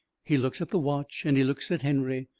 he looks at the watch, and he looks at henry.